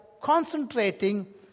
concentrating